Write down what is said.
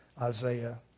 Isaiah